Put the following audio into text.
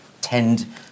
tend